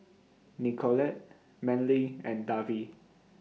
Nicolette Manley and Davy